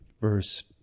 Verse